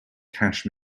cash